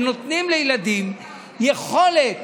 שכך נותנים לילדים יכולת